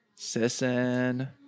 Sissin